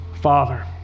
Father